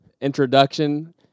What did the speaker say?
introduction